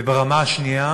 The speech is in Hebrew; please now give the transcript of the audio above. והרמה השנייה,